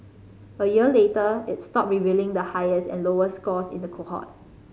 a year later it stopped revealing the highest and lowest scores in the cohort